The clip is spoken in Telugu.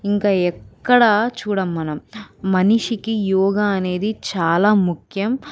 ఇంకా ఎక్కడ చూడం మనం మనిషికి యోగా అనేది చాలా ముఖ్యం